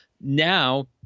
Now